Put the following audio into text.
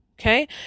Okay